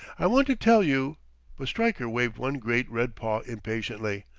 i want to tell you but stryker waved one great red paw impatiently,